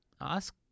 ask